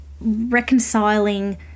reconciling